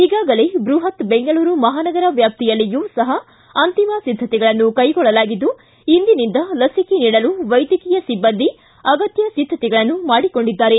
ಈಗಾಗಲೇ ಬೃಹತ್ ಬೆಂಗಳೂರು ಮಹಾನಗರ ವ್ಯಾಪ್ತಿಯಲ್ಲಿಯೂ ಸಪ ಅಂತಿಮ ಸಿದ್ಧತೆಗಳನ್ನು ಕೈಗೊಳ್ಳಲಾಗಿದ್ದು ಇಂದಿನಿಂದ ಲಸಿಕೆ ನೀಡಲು ವೈದ್ಯಕೀಯ ಸಿಬ್ಬಂದಿ ಅಗತ್ಯ ಸಿದ್ಧತೆಗಳನ್ನು ಮಾಡಿಕೊಂಡಿದ್ದಾರೆ